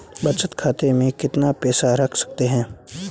बचत खाते में कितना पैसा रख सकते हैं?